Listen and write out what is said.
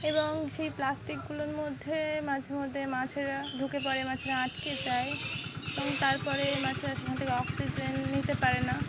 এবং সেই প্লাস্টিকগুলোর মধ্যে মাঝে মধ্যে মাছেরা ঢুকে পড়ে মাছেরা আটকে যায় এবং তারপরে মাছেরা সেখান থেকে অক্সিজেন নিতে পারে না